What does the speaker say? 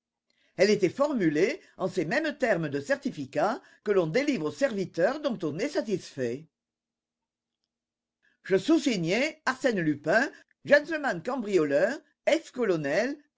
elle était formulée en ces mêmes termes de certificat que l'on délivre aux serviteurs dont on est satisfait je soussigné arsène lupin gentleman cambrioleur ex colonel